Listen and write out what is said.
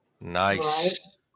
nice